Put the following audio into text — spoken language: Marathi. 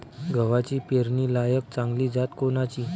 गव्हाची पेरनीलायक चांगली जात कोनची?